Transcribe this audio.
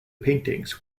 paintings